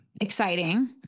Exciting